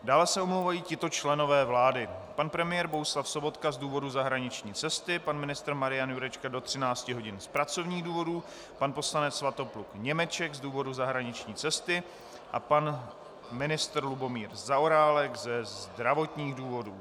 Dále se omlouvají tito členové vlády: pan premiér Bohuslav Sobotka z důvodu zahraniční cesty, pan ministr Marian Jurečka do 13 hodin z pracovních důvodů, pan ministr Svatopluk Němeček z důvodu zahraniční cesty a pan ministr Lubomír Zaorálek ze zdravotních důvodů.